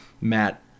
Matt